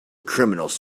criminals